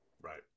Right